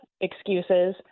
excuses